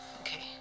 Okay